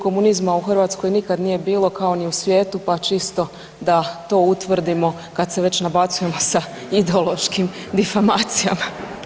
Komunizma u Hrvatskoj nikad nije bilo, kao ni u svijetu pa čisto da to utvrdimo kad se već nabacujemo sa ideološkim difamacijama.